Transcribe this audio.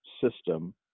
system